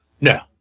No